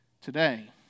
today